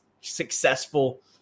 successful